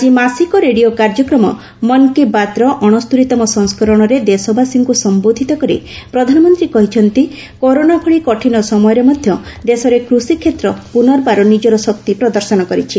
ଆଜି ମାସିକ ରେଡିଓ କାର୍ଯ୍ୟକ୍ରମ ମନ କି ବାତ' ର ଅଣସ୍ତରିତମ ସଂସ୍କରଣରେ ଦେଶବାସୀଙ୍କୁ ସମ୍ବୋଧ୍ୟତ କରି ପ୍ରଧାନମନ୍ତ୍ରୀ କହିଛନ୍ତି କରୋନା ଭଳି କଠିନ ସମୟରେ ମଧ୍ୟ ଆମ ଦେଶର କୃଷି କ୍ଷେତ୍ର ପୁନର୍ବାର ନିଚ୍ଚର ଶକ୍ତି ପ୍ରଦର୍ଶନ କରିଛି